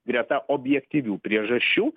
greta objektyvių priežasčių